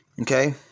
Okay